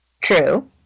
True